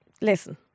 Listen